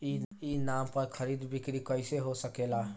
ई नाम पर खरीद बिक्री कैसे हो सकेला?